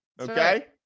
Okay